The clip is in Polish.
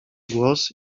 głos